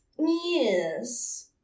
Yes